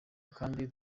kandi